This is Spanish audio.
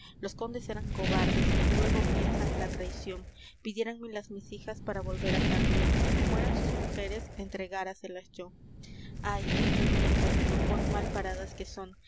los condes eran cobardes luégo piensan la traición pidiéranme las mis hijas para volver á carrión como eran sus mujeres entregáraselas yo ay en medio del camino cuán mal paradas que son